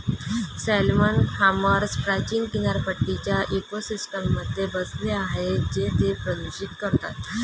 salmon farms प्राचीन किनारपट्टीच्या इकोसिस्टममध्ये बसले आहेत जे ते प्रदूषित करतात